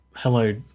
Hello